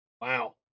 Wow